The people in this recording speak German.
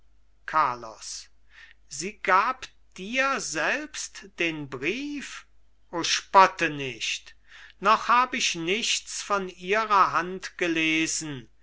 carlos sie gab dir selbst den brief o spotte nicht noch hab ich nichts von ihrer hand gelesen